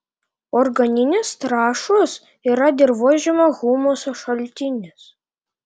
organinės trąšos yra dirvožemio humuso šaltinis